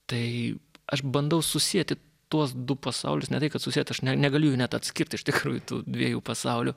tai aš bandau susieti tuos du pasaulius ne tai kad susiet aš negaliu jų net atskirt iš tikrųjų tų dviejų pasaulių